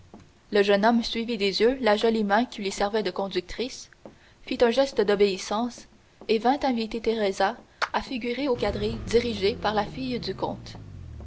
le jeune homme suivit des yeux la jolie main qui lui servait de conductrice fit un geste d'obéissance et vint inviter teresa à figurer au quadrille dirigé par la fille du comte